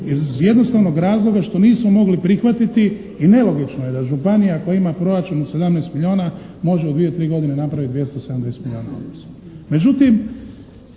iz jednostavnog razloga što nismo mogli prihvatiti i nelogično je da županija koja ima proračun 17 milijuna može u 2-3 godine napravit 270 milijuna minusa.